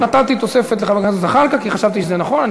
נתתי תוספת לחבר הכנסת זחאלקה כי חשבתי שזה נכון.